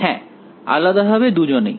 হ্যাঁ আলাদাভাবে দুজনেই